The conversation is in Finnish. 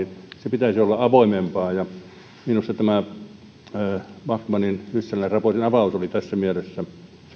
pitäisi olla avoimempia minusta tämä backmanin ja hyssälän raportin avaus oli tässä mielessä